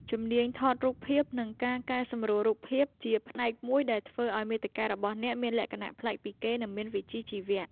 ជំនាញថតរូបភាព និងការកែសម្រួលរូបភាព ជាផ្នែកមួយដែលធ្វើឱ្យមាតិការបស់អ្នកមានលក្ខណៈប្លែកពីគេ និងមានវិជ្ជាជីវៈ។